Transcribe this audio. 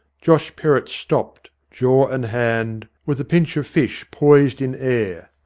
josh perrott stopped, jaw and hand, with a pinch of fish poised in air.